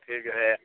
फिर जो है